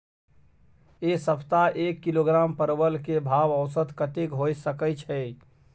ऐ सप्ताह एक किलोग्राम परवल के भाव औसत कतेक होय सके छै?